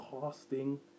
casting